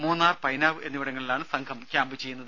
മൂന്നാർ പൈനാവ് എന്നിവിടങ്ങളിലാണ് സംഘം ക്യാമ്പ് ചെയ്യുന്നത്